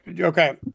Okay